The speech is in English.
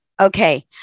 Okay